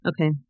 Okay